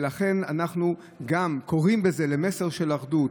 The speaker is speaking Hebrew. לכן אנו גם קוראים בזה למסר של אחדות.